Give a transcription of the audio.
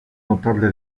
notable